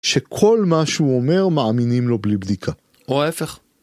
שכל מה שהוא אומר מאמינים לו בלי בדיקה, או ההפך.